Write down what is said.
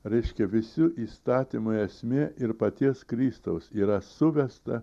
reiškia visi įstatymai esmė ir paties kristaus yra suvesta